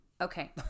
Okay